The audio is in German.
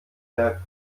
per